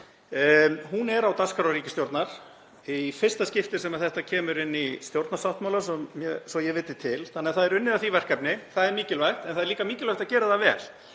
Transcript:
og er þetta í fyrsta skipti sem það kemur inn í stjórnarsáttmála svo ég viti til, þannig að það er unnið að því verkefni. Það er mikilvægt en það er líka mikilvægt að gera það vel.